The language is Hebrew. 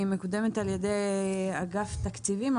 היא מקודמת על ידי אגף תקציבים,